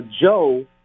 Joe